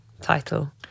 title